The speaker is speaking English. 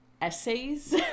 essays